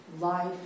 life